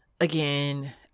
Again